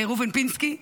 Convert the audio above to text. לראובן פינסקי,